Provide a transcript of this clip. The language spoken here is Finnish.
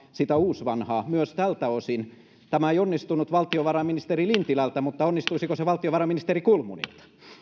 sitä uusvanhaa hallitusohjelmaa myös tältä osin tämä ei onnistunut valtiovarainministeri lintilältä mutta onnistuisiko se valtiovarainministeri kulmunilta